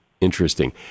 interesting